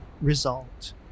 result